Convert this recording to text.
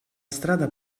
strada